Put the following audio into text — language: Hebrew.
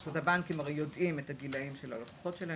הבנקים יודעים את הגילים של הלקוחות שלהם